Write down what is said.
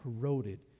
corroded